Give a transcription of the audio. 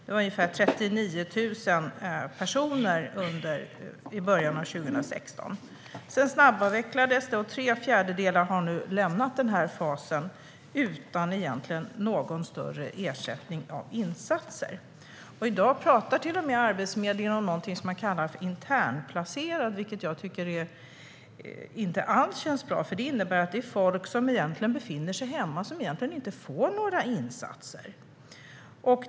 Det var ungefär 39 000 personer i början av 2016. Sedan snabbavvecklades detta, och tre fjärdedelar har nu lämnat fas 3 utan att egentligen ha fått någon större insats som ersättning. I dag talar till och med Arbetsförmedlingen om någonting som man kallar för internplacerade, vilket jag inte alls tycker känns bra. Det innebär nämligen att människor egentligen befinner sig hemma och inte får några insatser.